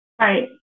Right